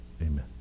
amen